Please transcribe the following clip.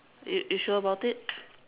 you you sure about it